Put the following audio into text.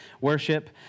worship